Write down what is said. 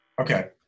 Okay